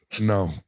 no